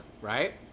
right